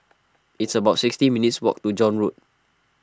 it's about sixteen minutes' walk to John Road